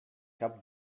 cap